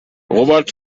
robert